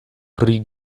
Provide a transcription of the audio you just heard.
pri